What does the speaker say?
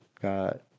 Got